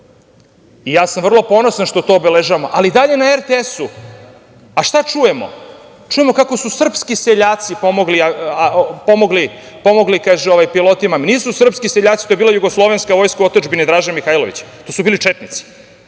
i ja sam vrlo ponosan što to obeležavamo, ali i dalje na RTS-u šta čujemo? Čujemo kako su srpski seljaci pomogli, kaže, pilotima. Nisu srpski seljaci, to je bila Jugoslovenska vojska u otadžbini Draže Mihajlovića. To su bili četnici.